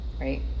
right